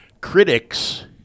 critics